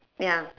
ya